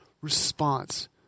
response